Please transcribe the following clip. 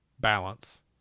balance